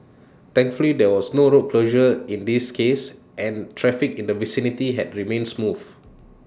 thankfully there was no road closure in this case and traffic in the vicinity has remained smooth